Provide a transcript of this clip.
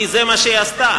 כי זה מה שהיא עשתה.